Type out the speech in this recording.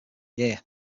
year